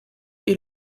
est